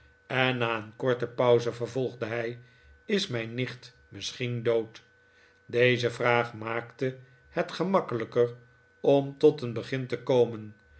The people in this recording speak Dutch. en na een korte pauze vervolgde hij is mijn nicht misschien dood deze vraag maakte het gemakkelijker om tot een begin te komen